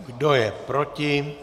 Kdo je proti?